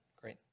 Great